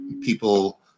people